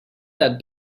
that